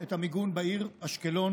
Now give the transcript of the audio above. את המיגון בעיר אשקלון